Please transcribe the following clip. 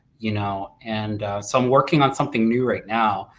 you know, and so i'm working on something new right now,